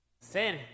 Sin